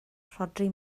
rhodri